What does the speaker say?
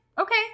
okay